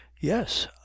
Yes